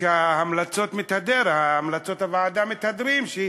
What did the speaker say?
שהמלצות הוועדה מתהדרות שהיא